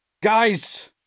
Guys